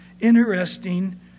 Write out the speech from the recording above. Interesting